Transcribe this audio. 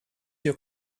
your